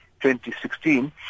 2016